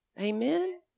Amen